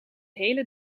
hele